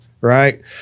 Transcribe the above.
right